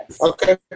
Okay